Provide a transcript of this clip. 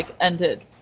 ended